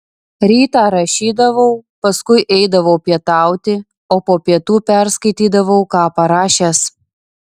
rytą rašydavau paskui eidavau pietauti o po pietų perskaitydavau ką parašęs